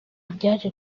byaje